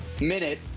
minute